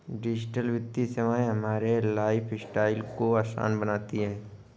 digital वित्तीय सेवाएं हमारे लाइफस्टाइल को आसान बनाती हैं